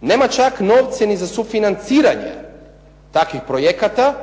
nema čak novce ni za sufinanciranje takvih projekata,